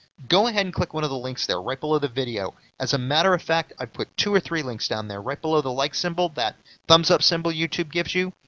go ahead and click one of the links there right below the video, as a matter of fact i've put two or three links down there right below the like symbol. the thumbs up symbol youtube gives you?